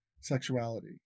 sexuality